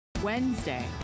Wednesday